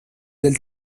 del